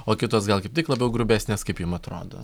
o kitos gal kaip tik labiau grubesnės kaip jum atrodo